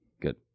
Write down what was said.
Good